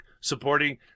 supporting